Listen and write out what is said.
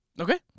Okay